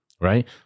right